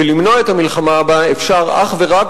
ולמנוע את המלחמה הבאה אפשר אך ורק